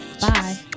bye